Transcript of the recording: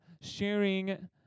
sharing